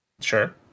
Sure